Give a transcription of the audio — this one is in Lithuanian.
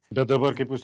bet dabar kaip jūs